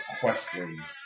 questions